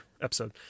episode